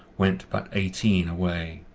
went but eighteen away.